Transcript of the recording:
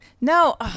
No